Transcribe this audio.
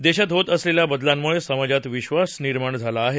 देशात होत असलेल्या बदलांमुळे समाजात विश्वास निर्माण झाला आहे